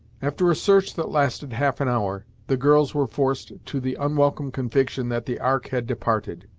after a search that lasted half an hour, the girls were forced to the unwelcome conviction that the ark had departed.